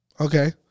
Okay